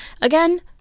Again